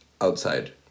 outside